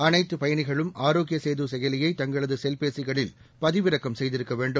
அளைத்துப் பயளிகளும் ஆரோக்கிய சேது செயலியை தங்களது செல்பேசிகளில் பதிவிறக்கம் செய்திருக்க வேண்டும்